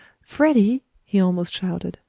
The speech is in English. freddie! he almost shouted.